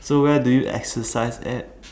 so where do you exercise at